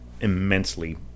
immensely